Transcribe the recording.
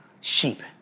sheep